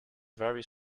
very